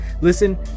Listen